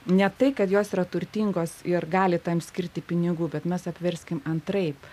ne tai kad jos yra turtingos ir gali tam skirti pinigų bet mes apverskim antraip